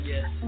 Yes